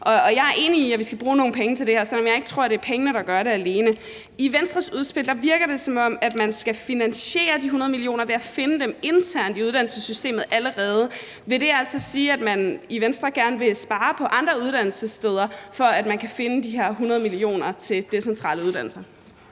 Jeg er enig i, at vi skal bruge nogle penge på det her, selv om jeg ikke tror, det er pengene alene, der gør det. I Venstres udspil virker det, som om man skal finansiere de 100 mio. kr. ved at finde dem internt i uddannelsessystemet. Vil det så sige, at man i Venstre gerne vil have besparelser på andre uddannelsessteder, for at man kan finde de her 100 mio. kr. til decentrale uddannelser?